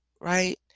right